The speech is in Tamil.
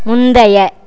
முந்தைய